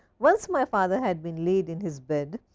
once my father had been laid in his bed,